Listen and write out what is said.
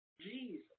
Jesus